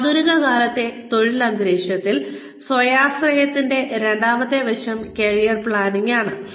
ആധുനിക കാലത്തെ തൊഴിൽ അന്തരീക്ഷത്തിൽ സ്വാശ്രയത്വത്തിന്റെ രണ്ടാമത്തെ വശം കരിയർ പ്ലാനിംഗ് ആണ്